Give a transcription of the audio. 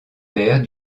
pères